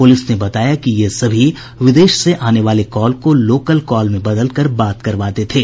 police ने बताया कि ये सभी विदेश से आने वाले कॉल को लोकल कॉल में बदलकर बात करवाते थे